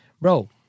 Bro